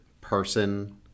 person